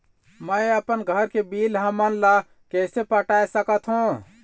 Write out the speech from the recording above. मैं अपन घर के बिल हमन ला कैसे पटाए सकत हो?